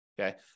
okay